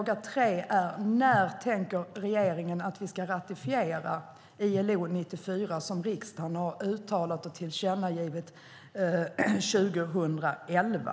Fråga tre är: När tänker regeringen att vi ska ratificera ILO 94, vilket riksdagen uttalade och tillkännagav 2011?